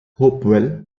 hopewell